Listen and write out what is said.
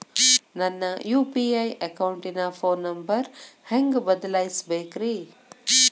ನನ್ನ ಯು.ಪಿ.ಐ ಅಕೌಂಟಿನ phone number ಹೆಂಗ್ ಬದಲಾಯಿಸ ಬೇಕ್ರಿ?